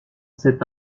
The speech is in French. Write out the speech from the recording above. cet